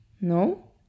no